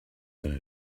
than